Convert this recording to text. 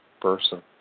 person